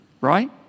right